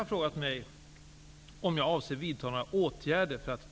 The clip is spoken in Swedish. Fru talman!